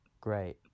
great